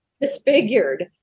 disfigured